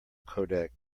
codec